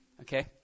Okay